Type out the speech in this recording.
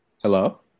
Hello